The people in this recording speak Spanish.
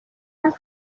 las